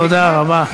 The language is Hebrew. תודה רבה.